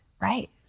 right